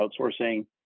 outsourcing